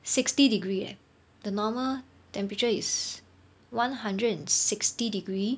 sixty degree eh the normal temperature is one hundred and sixty degree